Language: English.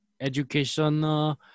education